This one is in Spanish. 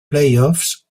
playoffs